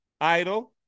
idle